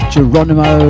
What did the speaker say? Geronimo